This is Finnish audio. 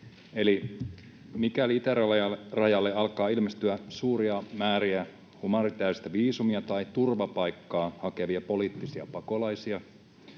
Eli mikäli itärajalle alkaa ilmestyä suuria määriä humanitääristä viisumia tai turvapaikkaa hakevia poliittisia pakolaisia,